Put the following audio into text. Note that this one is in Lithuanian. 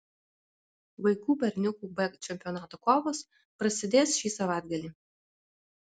vaikų berniukų b čempionato kovos prasidės šį savaitgalį